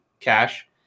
cash